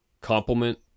complement